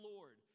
Lord